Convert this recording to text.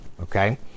okay